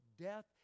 death